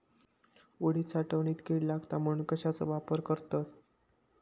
उडीद साठवणीत कीड लागात म्हणून कश्याचो वापर करतत?